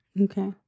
Okay